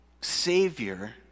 Savior